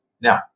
Now